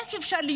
איך אפשר?